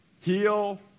heal